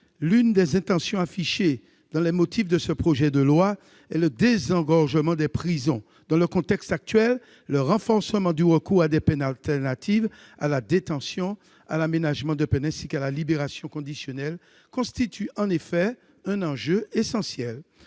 L'une des intentions affichées dans les motifs de ce projet de loi est le désengorgement des prisons. Dans le contexte actuel, le renforcement du recours à des peines alternatives à la détention, à l'aménagement de peine, ainsi qu'à la libération conditionnelle constitue effectivement un enjeu essentiel.